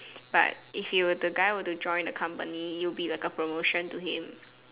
but if he were the guy were to join the company it'll be like a promotion to him